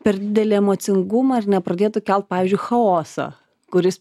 per didelį emocingumą ir nepradėtų kelt pavyzdžiui chaoso kuris